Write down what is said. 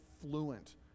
fluent